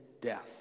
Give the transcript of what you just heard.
death